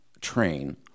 train